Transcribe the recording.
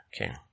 Okay